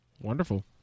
Wonderful